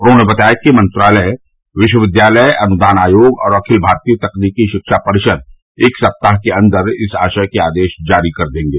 उन्होंने बताया कि मंत्रालय विश्वविद्यालय अनुदान आयोग और अखिल भारतीय तकनीकी शिक्षा परिषद एक सप्ताह के अंदर इस आशय के आदेश जारी कर देंगे